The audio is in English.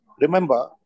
remember